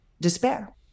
despair